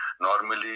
normally